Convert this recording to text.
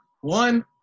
one